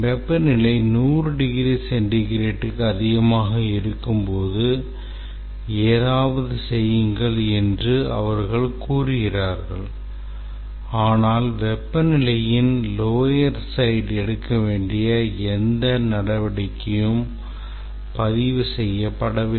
வெப்பநிலை 100 டிகிரி சென்டிகிரேட்டுக்கு அதிகமாக இருக்கும்போது ஏதாவது செய்யுங்கள் என்று அவர்கள் கூறுகிறார்கள் ஆனால் வெப்பநிலையின் lower side எடுக்க வேண்டிய எந்த நடவடிக்கையும் பதிவு செய்யப்படவில்லை